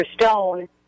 Stone